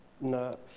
No